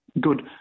good